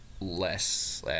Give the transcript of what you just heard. less